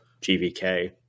GVK